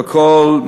והכול,